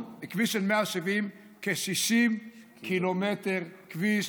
בכביש של 170 קילומטר שודרגו כ-60 קילומטר כביש,